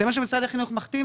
זה מה שמשרד החינוך מחתים.